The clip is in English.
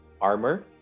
armor